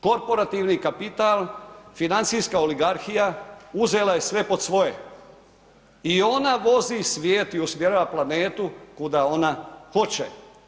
Korporativni kapital, financijska oligarhija, uzela je sve pod svijet i ona vozi svijet i usmjerava planetu kuda ona hoće.